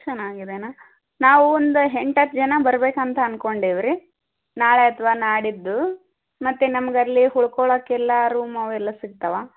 ಚೆನ್ನಾಗಿದೆಯ ನಾವು ಒಂದು ಎಂಟು ಹತ್ತು ಜನ ಬರಬೇಕಂತ ಅನ್ಕೊಂಡೀವ್ರಿ ನಾಳೆ ಅಥ್ವಾ ನಾಡಿದ್ದು ಮತ್ತು ನಮಗಲ್ಲಿ ಉಳ್ಕೊಳೋಕ್ಕೆಲ್ಲ ರೂಮ್ ಅವೆಲ್ಲ ಸಿಗ್ತಾವ